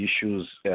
issues